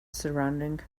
surrounding